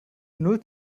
null